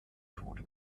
tode